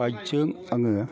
बाइकजों आङो